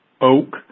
oak